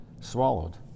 Swallowed